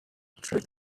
trick